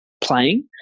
playing